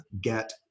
get